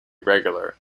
regular